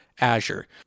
Azure